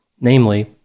namely